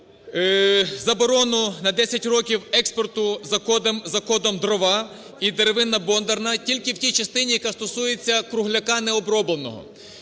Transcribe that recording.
заборону на 10 років експорту за кодом "дрова" і "деревина бондарна" тільки в тій частині, яка стосується кругляка не обробленого.